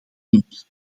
niet